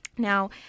Now